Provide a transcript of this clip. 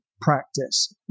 practice